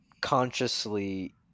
consciously